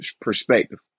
perspective